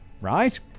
right